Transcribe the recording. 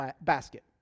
basket